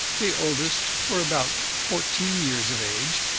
the oldest were about fourteen years of age,